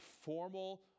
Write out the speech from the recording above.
formal